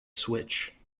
switch